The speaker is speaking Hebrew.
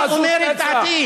אני אומר את דעתי.